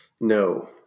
no